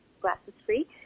glasses-free